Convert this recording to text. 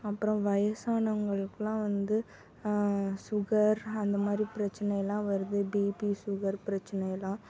அப்புறம் வயசானவங்களுக்கெல்லாம் வந்து சுகர் அந்த மாதிரி பிரச்சனை எல்லாம் வருது பிபி சுகர் பிரச்சனை எல்லாம்